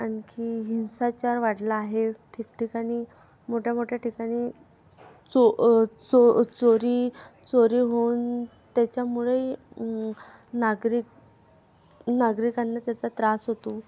आणखी हिंसाचार वाढला आहे ठिकठिकाणी मोठयामोठ्या ठिकाणी चो चो चोरी चोरी होऊन त्याच्यामुळे नागरिक नागरिकांना त्याचा त्रास होतो